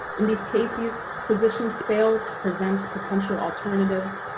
in these cases, physicians failed to present potential alternatives,